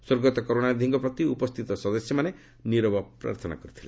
ସ୍ୱର୍ଗତ କରୁଣାନିଧିଙ୍କ ପ୍ରତି ଉପସ୍ଥିତ ସଦସ୍ୟମାନେ ନିରବ ପ୍ରାର୍ଥନା କରିଥିଲେ